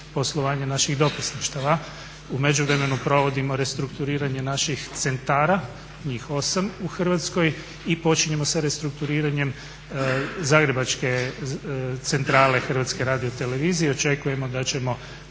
naših dopisništava. U međuvremenu provodimo restrukturiranje naših centara, njih 8 u Hrvatskoj i počinjemo sa restrukturiranjem zagrebačke centrale Hrvatske radiotelevizije i očekujemo da ćemo